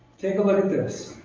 take a look at this.